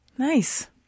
Nice